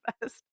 best